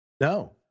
No